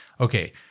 okay